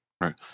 Right